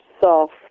soft